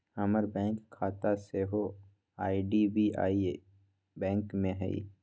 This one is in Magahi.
हमर बैंक खता सेहो आई.डी.बी.आई बैंक में हइ